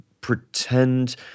pretend